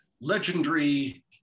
legendary